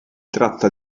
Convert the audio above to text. tratta